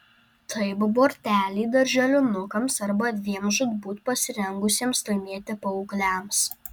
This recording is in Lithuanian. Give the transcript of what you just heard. taip borteliai darželinukams arba dviem žūtbūt pasirengusiems laimėti paaugliams